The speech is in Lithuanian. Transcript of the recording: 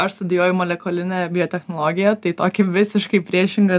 aš studijuoju molekulinę biotechnologiją tai tokį visiškai priešingą